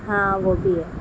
ہاں وہ بھی ہے